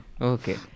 Okay